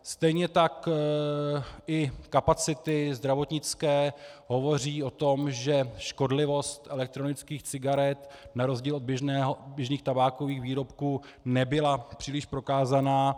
Stejně tak i kapacity zdravotnické hovoří o tom, že škodlivost elektronických cigaret na rozdíl od běžných tabákových výrobků nebyla příliš prokázána.